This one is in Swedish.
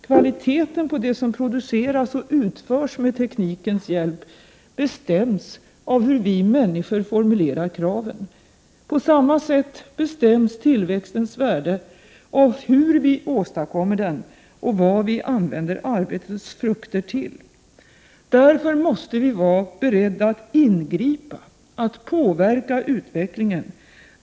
Kvaliteten på det som produceras och utförs med teknikens hjälp bestäms av hur vi människor formulerar kraven. På samma sätt bestäms tillväxtens värde av hur vi åstadkommer den och vad vi använder arbetets frukter till. Därför måste vi vara beredda att ingripa och att påverka utvecklingen.